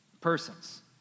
persons